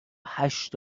هشت